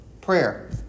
prayer